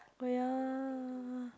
oh ya